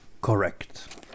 Correct